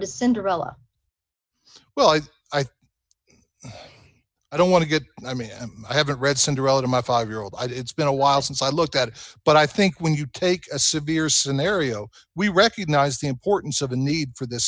to cinderella well i think i don't want to get i mean i haven't read cinderella to my five year old i'd it's been a while since i looked at it but i think when you take a severe scenario we recognize the importance of the need for th